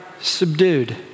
subdued